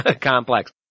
complex